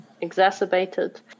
Exacerbated